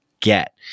get